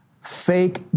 fake